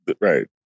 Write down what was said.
Right